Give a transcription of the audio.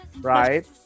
right